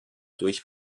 durch